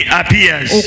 appears